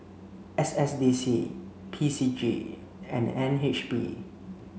S S D C P C G and N H B